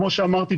כמו שאמרתי,